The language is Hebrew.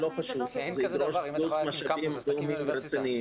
זה לא פשוט, זה דורש משאבים רציניים.